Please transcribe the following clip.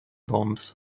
bombs